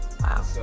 Wow